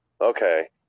Okay